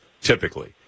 typically